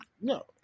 No